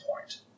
point